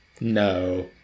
No